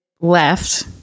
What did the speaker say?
left